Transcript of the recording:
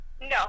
No